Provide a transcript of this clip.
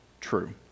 true